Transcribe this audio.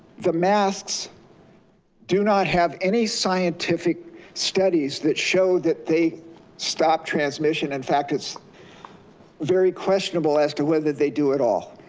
the masks do not have any scientific studies that show that they stop transmission. in fact, it's very questionable as to whether they do at all.